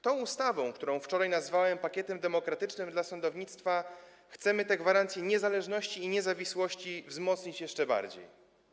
Tą ustawą, którą wczoraj nazwałem pakietem demokratycznym dla sądownictwa, chcemy te gwarancje niezależności i niezawisłości wzmocnić jeszcze bardziej.